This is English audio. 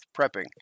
prepping